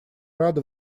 рада